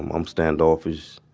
i'm um standoffish.